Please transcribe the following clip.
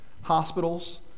hospitals